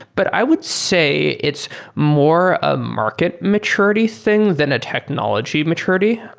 but i would say it's more a market maturity thing than a technology maturity.